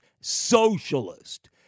socialist